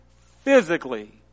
physically